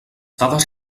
dades